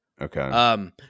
Okay